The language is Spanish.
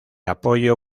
apoyo